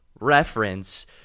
reference